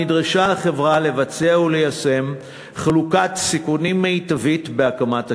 נדרשה החברה לבצע וליישם חלוקת סיכונים מיטבית בהקמת הכביש,